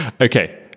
Okay